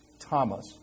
Thomas